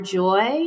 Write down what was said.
joy